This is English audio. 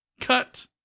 cut